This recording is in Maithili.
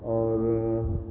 आओर